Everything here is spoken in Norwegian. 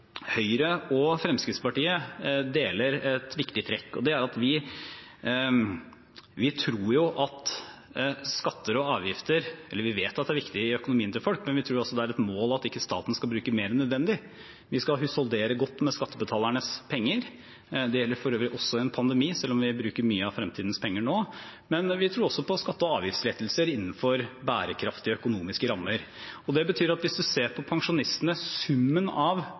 skatter og avgifter er viktig for økonomien til folk, men vi tror også det er et mål at staten ikke skal bruke mer enn nødvendig. Vi skal husholdere godt med skattebetalernes penger. Det gjelder for øvrig også i en pandemi, selv om vi bruker mye av fremtidens penger nå. Men vi tror også på skatte- og avgiftslettelser innenfor bærekraftige økonomiske rammer. Det betyr at hvis man ser på summen av inntektsutviklingen til pensjonistene, inkludert skatter og avgifter, som Fremskrittspartiet har vært med på, er det sånn at alle pensjonistgruppene samlet sett kommer bedre ut med summen av